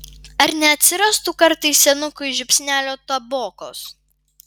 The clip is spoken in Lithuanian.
ar neatsirastų kartais senukui žiupsnelio tabokos